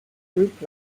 group